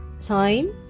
time